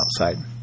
outside